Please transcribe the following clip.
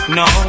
no